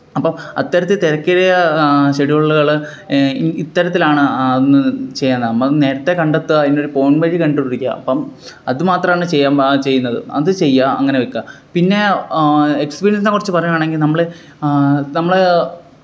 അപ്പം അത്തരത്തിൽ തിരക്കേറിയ ഷെഡ്യൂള്കള് ഇത്തരത്തിലാണ് അന്ന് ചെയ്യ്ന്ന അപ്പം നേരത്തേ കണ്ടെത്തുക അതിനൊര് പോംവഴി കണ്ട് പിടിക്കുക അപ്പം അത് മാത്രമാണ് ചെയ്യാന് ചെയ്യുന്നത് അത് ചെയ്യുക അങ്ങനെ വെക്കുക പിന്നേ എക്സ്പീര്യന്സിനേക്കുറിച്ച് പറയുകയാണെങ്കിൽ നമ്മള് നമ്മള്